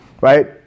right